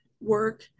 work